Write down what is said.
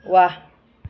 ৱাহ